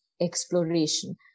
exploration